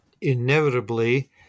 inevitably